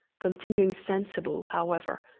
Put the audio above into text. continuing sensible, however,